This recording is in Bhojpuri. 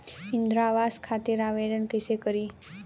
इंद्रा आवास खातिर आवेदन कइसे करि?